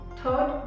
third